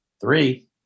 Three